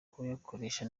kuyakoresha